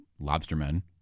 lobstermen